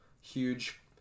huge